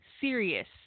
serious